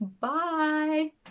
Bye